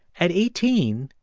at eighteen,